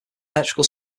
electrical